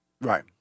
Right